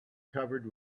covered